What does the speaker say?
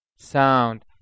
sound